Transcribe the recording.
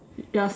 ya same